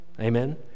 Amen